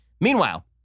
Meanwhile